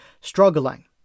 struggling